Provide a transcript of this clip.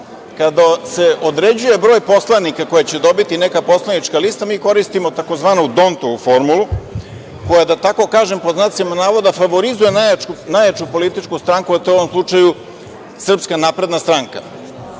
se određuje broj poslanika koji će dobiti neka poslanička lista, mi koristimo tzv. Dontovu formulu, koja da tako kažem, pod znacima navoda, favorizuje najjaču političku stranku, a to je u ovom slučaju SNS. Kako ona